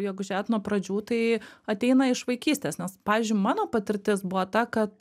jeigu žiūrėt nuo pradžių tai ateina iš vaikystės nes pavyzdžiui mano patirtis buvo ta kad